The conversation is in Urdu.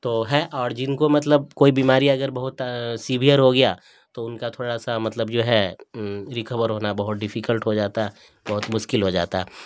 تو ہے اور جن کو مطلب کوئی بیماری اگر بہت سیویئر ہو گیا تو ان کا تھوڑا سا مطلب جو ہے ریکور ہونا بہت ڈفیکلٹ ہو جاتا بہت مشکل ہو جاتا